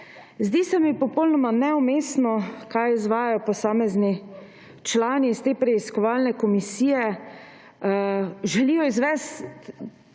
Zdi se mi popolnoma neumestno, kaj izvajajo posamezni člani iz te preiskovalne komisije. Želijo uvesti